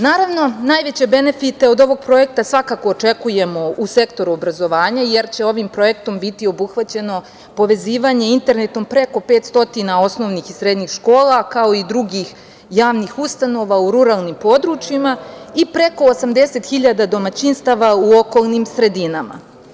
Naravno, najveće benefite od ovog projekta svakako očekujemo u sektoru obrazovanja, jer će ovim projektom biti obuhvaćeno povezivanje internetom preko 500 osnovnih i srednjih škola, kao i drugih javnih ustanova u ruralnim područjima i preko 80.000 domaćinstava u okolnim sredinama.